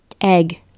egg